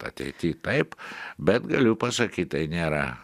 ateity taip bet galiu pasakyt tai nėra